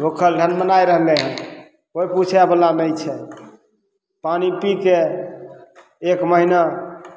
भुखल ढनमनाइ रहलय हन कोइ पूछयवला नहि छै पानि पीके एक महिना